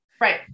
right